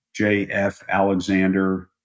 jfalexander